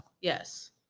Yes